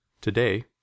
Today